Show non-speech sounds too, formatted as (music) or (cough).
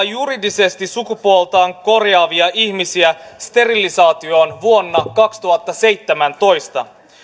(unintelligible) juridisesti ajaa sukupuoltaan korjaavia ihmisiä sterilisaatioon vuonna kaksituhattaseitsemäntoista